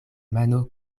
mano